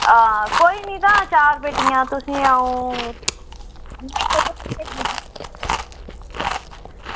हां कोई नी तां चार पेटियां तुसेंगी अं'ऊ